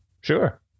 Sure